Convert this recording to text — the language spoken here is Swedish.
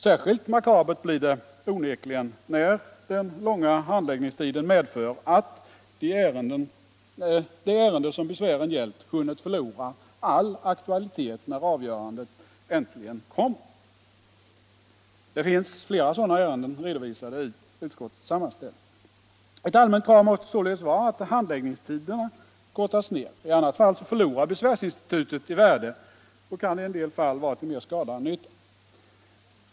Särskilt makabert blir det onekligen, när den långa handläggningstiden medför att det ärende som besvären gällt hunnit förlora all aktualitet när avgörandet äntligen kommer. Det finns flera sådana ärenden redovisade i utskottets sammanställning. Ett allmänt krav måste således vara att handläggningstiden kortas ner. I annat fall förlorar besvärsinstitutet i värde och kan i en del fall vara till mera skada än nytta.